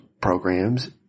programs